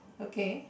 okay